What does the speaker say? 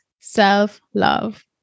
self-love